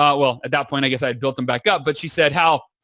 but well at that point i guess i had built them back up but she said, hal,